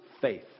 faith